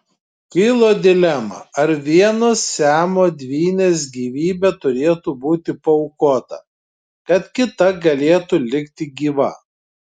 kilo dilema ar vienos siamo dvynės gyvybė turėtų būti paaukota kad kita galėtų likti gyva